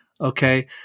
okay